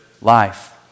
life